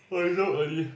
but it's so early